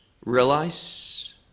Realize